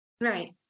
Right